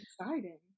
exciting